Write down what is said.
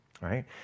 right